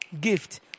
gift